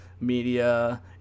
media